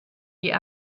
die